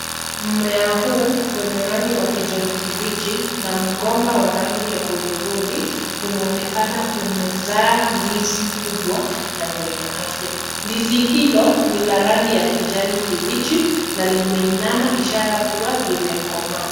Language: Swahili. Mmea huu wenye rangi wa kijani kibichi na mgomba wa rangi ya hudhurungi unaonekana umezaa ndizi kubwa na lenye afya, ndizi hilo ni la rangi ya kijani kibichi na limeinama ishara kuwa limekomaa.